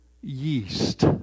yeast